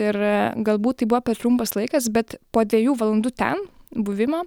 ir galbūt tai buvo per trumpas laikas bet po dviejų valandų ten buvimo